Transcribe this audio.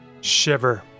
Shiver